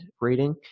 rating